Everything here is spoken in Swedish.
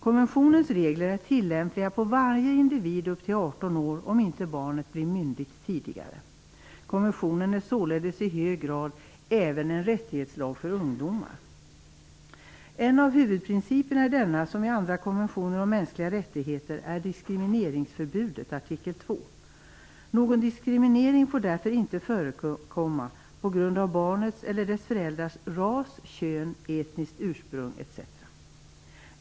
Konventionens regler är tillämpliga på varje individ upp till 18 år om inte barnet blir myndigt tidigare. Konventionen är således i hög grad även en rättighetslag för ungdomar. En av huvudprinciperna i denna, liksom i andra konventioner om mänskliga rättigheter, är diskrimineringsförbudet, artikel 2. Någon diskriminering får därför inte förekomma på grund av barnets eller dess föräldrars ras, kön, etniskt ursprung etc.